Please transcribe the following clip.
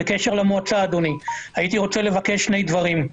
בקשר למועצה, הייתי רוצה לבקש שני דברים.